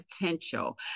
potential